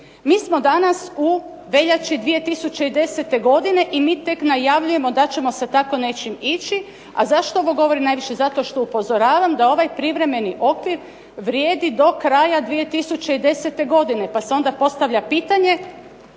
Mi smo danas u veljači 2010. godine i mi tek najavljujemo da ćemo sa tako nečim ići. A zašto ovo govorim? Najviše zato što upozoravam da ovaj privremeni okvir vrijedi do kraja 2010. godine pa se onda postavlja pitanje